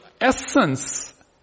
essence